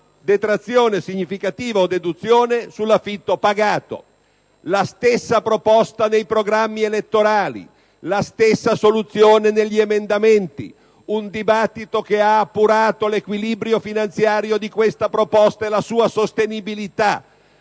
detrazione significativa o deduzione sull'affitto pagato. La stessa proposta, dunque, nei programmi elettorali, la stessa soluzione negli emendamenti, un dibattito che ha appurato l'equilibrio finanziario di questa proposta e la sua sostenibilità: